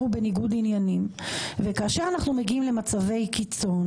הוא בניגוד עניינים וכאשר אנחנו מגיעים למצבי קיצון